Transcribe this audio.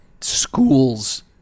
schools